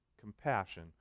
compassion